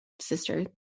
sister